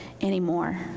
anymore